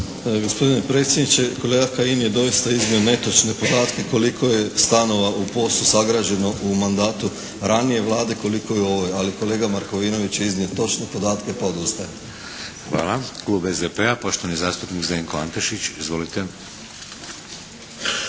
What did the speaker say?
Gospodine predsjedniče, kolega Kajin je doista iznio netočne podatke koliko je stanova u POS-u sagrađeno u mandatu ranije Vlade, koliko je u ovoj, ali kolega Markovinović je iznio točne podatke pa odustajem. **Šeks, Vladimir (HDZ)** Hvala. Klub SDP-a, poštovani zastupnik Zdenko Antešić. Izvolite.